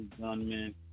gunman